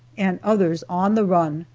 and others on the run,